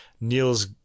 Niels